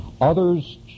Others